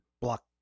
block